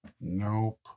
Nope